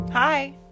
Hi